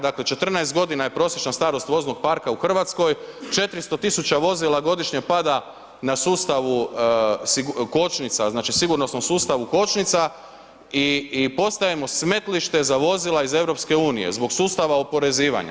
Dakle 14 godina je prosječna starost voznog parka u Hrvatskoj, 400 tisuća vozila godišnje pada na sustavu kočnica, znači sigurnosnom sustavu kočnica i postajemo smetlište za vozila iz EU, zbog sustava oporezivanja.